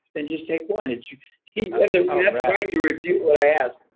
then just take one. and you have the right to refute what i ask.